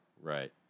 right